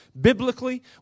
biblically